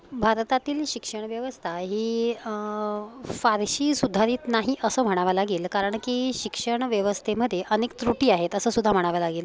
भारतातील शिक्षण व्यवस्था ही फारशी सुधारित नाही असं म्हणावं लागेल कारण की शिक्षण व्यवस्थेमध्ये अनेक त्रुटी आहेत असंसुद्धा म्हणावं लागेल